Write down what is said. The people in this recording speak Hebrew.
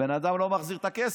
הבן אדם לא מחזיר את הכסף.